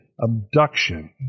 abduction